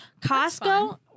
Costco